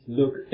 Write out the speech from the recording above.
look